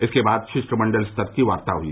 इसके बाद शिष्टमंडल स्तर की वार्ता हुई